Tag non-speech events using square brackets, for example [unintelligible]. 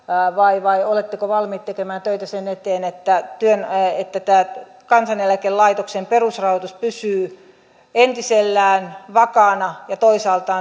vai vai oletteko valmiit tekemään töitä sen eteen että tämä kansaneläkelaitoksen perusrahoitus pysyy entisellään vakaana ja toisaalta [unintelligible]